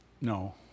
No